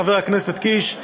חבר הכנסת קיש,